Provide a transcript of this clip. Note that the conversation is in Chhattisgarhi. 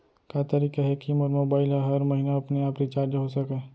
का तरीका हे कि मोर मोबाइल ह हर महीना अपने आप रिचार्ज हो सकय?